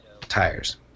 tires